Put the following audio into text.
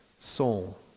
soul